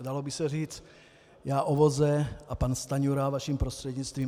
Dalo by se říct já o voze a pan Stanjura o koze, vaším prostřednictvím.